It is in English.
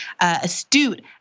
astute